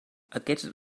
aquests